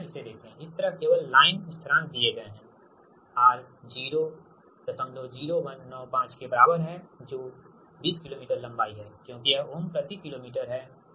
इसे देखें इस तरफ केवल लाइन स्थिरांक दिए गए हैं R 00195 के बराबर है जो 20 किलोमीटर लंबाई है क्योंकि यह ओम प्रति किलोमीटर है